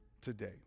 today